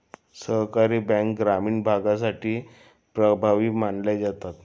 सहकारी बँका ग्रामीण भागासाठी प्रभावी मानल्या जातात